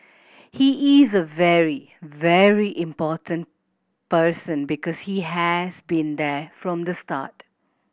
he is a very very important person because he has been there from the start